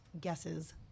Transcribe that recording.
guesses